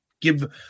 give